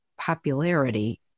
popularity